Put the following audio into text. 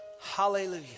hallelujah